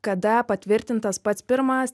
kada patvirtintas pats pirmas